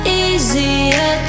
easier